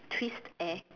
twist air